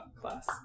class